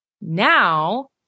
now